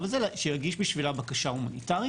הזה צריך להגיש בשבילה בקשה הומניטרית,